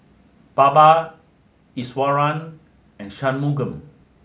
Baba Iswaran and Shunmugam